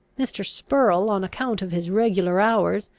mr. spurrel, on account of his regular hours,